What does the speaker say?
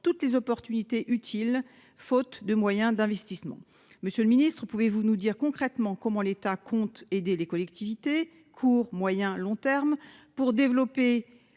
toutes les alternatives utiles, faute d'investissement. Monsieur le ministre, pouvez-vous nous dire concrètement comment l'État compte aider les collectivités à court, moyen et long terme pour développer